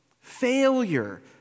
failure